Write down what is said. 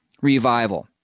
revival